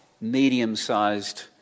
medium-sized